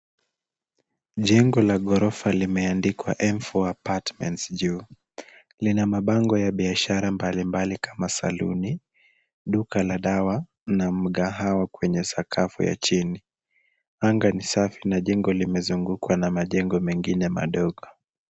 Jengo la gorofa limeandikwa [csM4 Apartments juu. Lina mabango ya biashara mbalimbali kama saluni, duka la dawa na mkahawa kwenye sakafu ya chini. Anga ni safi na jengo limezungukwa na majengo mengine madogo.